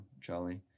Charlie